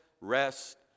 rest